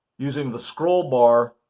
using the scroll bar.